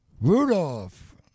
Rudolph